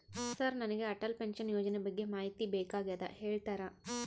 Sir ನನಗೆ Atal pension ಯೋಜನೆ ಬಗ್ಗೆ ಮಾಹಿತಿ ಬೇಕಾಗ್ಯದ ಹೇಳ್ತೇರಾ?